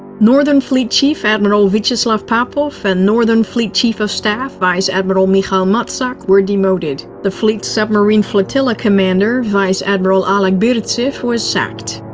northern fleet chief admiral vyacheslav popov and northern fleet chief-of-staff, vice-admiral mikhail motsak, were demoted. the fleet's submarine flotilla commander, vice-admiral oleg burtsev, was sacked.